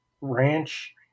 ranch